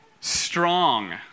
strong